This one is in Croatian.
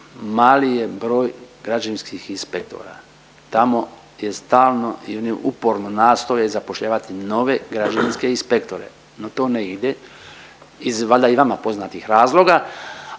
Mali je broj građevinskih inspektora tamo gdje stalno ili uporno nastoje zapošljavati nove građevinske inspektore, no to ne ide iz valjda i vama poznatih razloga